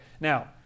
now